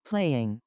playing